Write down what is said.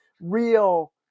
real